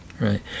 Right